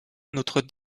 notre